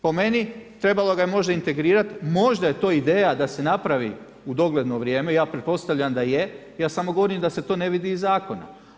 Po meni trebalo ga je možda integrirati, možda je to ideja da se napravi u dogledno vrijeme, ja pretpostavljam da je, ja samo govorim da se to ne vidi iz zakona.